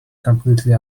completely